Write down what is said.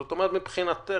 זאת אומרת, מבחינתכם,